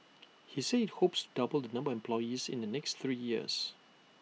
he said IT hopes double the number of employees in the next three years